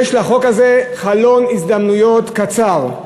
יש לחוק הזה חלון הזדמנויות קצר,